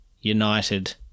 United